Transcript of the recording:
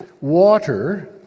water